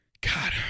God